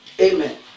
Amen